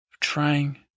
trying